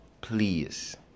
please